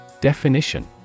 Definition